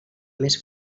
més